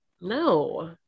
no